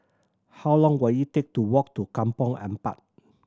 how long will it take to walk to Kampong Ampat